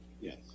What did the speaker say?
Yes